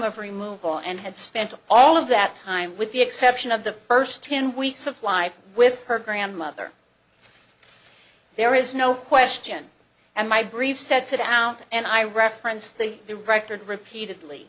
her removeable and had spent all of that time with the exception of the first ten weeks of life with her grandmother there is no question and my brief sets it out and i reference the the record repeatedly